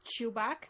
Chewbacca